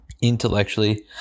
Intellectually